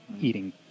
eating